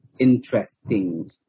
interesting